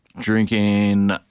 drinking